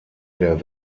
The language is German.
der